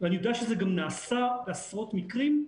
אני יודע שזה גם נעשה בעשרות מקרים.